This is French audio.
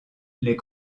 les